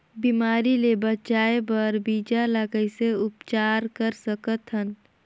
बिमारी ले बचाय बर बीजा ल कइसे उपचार कर सकत हन?